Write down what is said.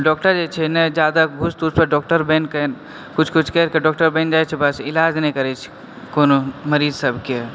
doctor जे छै ने जादा घूस तूस पर डॉक्टर बनि कऽ किछु किछु करि कऽ डॉक्टर बनि जाइ छै बस इलाज नहि करै छै कोनो मरीज सबके